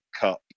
Cup